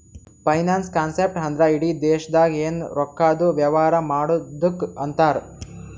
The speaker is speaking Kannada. ಫೈನಾನ್ಸ್ ಕಾನ್ಸೆಪ್ಟ್ ಅಂದ್ರ ಇಡಿ ದೇಶ್ದಾಗ್ ಎನ್ ರೊಕ್ಕಾದು ವ್ಯವಾರ ಮಾಡದ್ದುಕ್ ಅಂತಾರ್